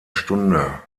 stunde